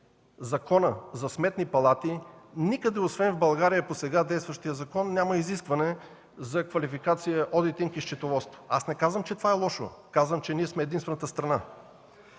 закона за сметни палати, никъде освен в България по сега действащия закон няма изискване за квалификация „одитинг и счетоводство”. Не казвам, че това е лошо. Казвам, че ние сме единствената страна.